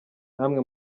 namwe